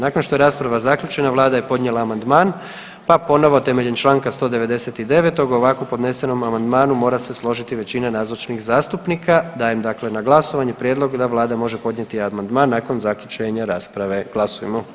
Nakon što je rasprava zaključena vlada je podnijela amandman, pa ponovo temeljem čl. 199. o ovako podnesenom amandmanu mora se složiti većina nazočnih zastupnika, dajem dakle na glasovanje prijedlog da vlada može podnijeti amandman nakon zaključenja rasprave, glasujmo.